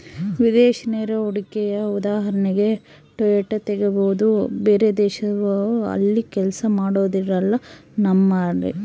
ವಿದೇಶಿ ನೇರ ಹೂಡಿಕೆಯ ಉದಾಹರಣೆಗೆ ಟೊಯೋಟಾ ತೆಗಬೊದು, ಬೇರೆದೇಶದವ್ರು ಅಲ್ಲಿ ಕೆಲ್ಸ ಮಾಡೊರೆಲ್ಲ ನಮ್ಮರೇ